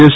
S